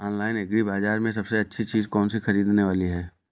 Online agri बाजार में सबसे अच्छी चीज कौन सी ख़रीदने वाली है?